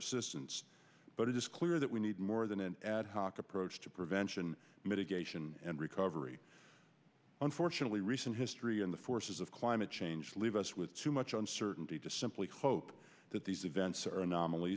assistance but it is clear that we need more than an ad hoc approach to prevention mitigation and recovery unfortunately recent history and the forces of climate change leave us with too much on certainty to simply hope that these events are anomal